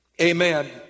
Amen